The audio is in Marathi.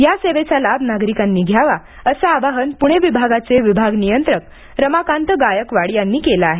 या सेवेचा लाभ नागरिकांनी घ्यावा असं आवाहन पुणे विभागाचे विभाग नियंत्रक रमाकांत गायकवाड यांनी केलं आहे